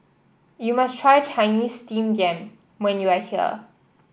you must try Chinese Steamed Yam when you are here